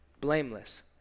blameless